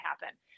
happen